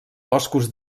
boscos